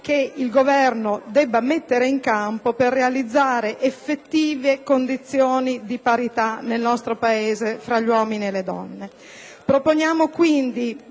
che il Governo deve mettere in campo per realizzare effettive condizioni di parità nel nostro Paese fra gli uomini e le donne.